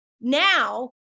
Now